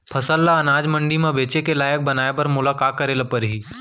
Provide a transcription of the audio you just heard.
फसल ल अनाज मंडी म बेचे के लायक बनाय बर मोला का करे ल परही?